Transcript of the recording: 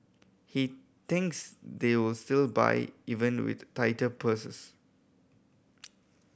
he thinks they will still buy even with tighter purses